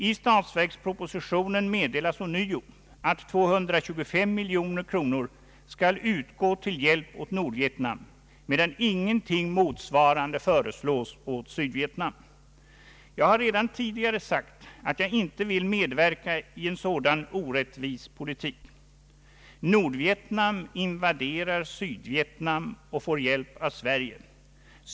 I statsverkspropositionen meddelas ånyo att 225 miljoner kronor skall utgå till hjälp åt Nordvietnam, medan ingenting motsvarande föreslås åt Sydvietnam. Jag har redan tidigare sagt att jag inte vill medverka i en sådan orättvis politik. Nordvietnam invaderar Sydvietnam och får hjälp av Sverige.